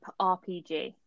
RPG